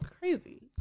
crazy